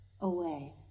away